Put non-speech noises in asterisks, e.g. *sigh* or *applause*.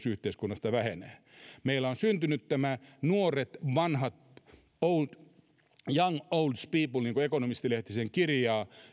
*unintelligible* yhteiskunnasta vähenee meillä on syntynyt tämä käsite nuoret vanhat young old people niin kuin economist lehti sen kirjaa